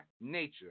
nature